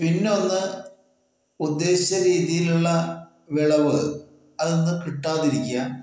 പിന്നൊന്ന് ഉദ്ദേശിച്ച രീതിയിലുള്ള വിളവ് അതിന്ന് കിട്ടാതിരിക്കാ